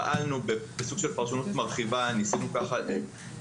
פעלנו בסוג של פרשנות מרחיבה; ניסינו להכריח